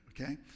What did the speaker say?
okay